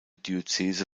diözese